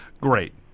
Great